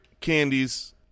candies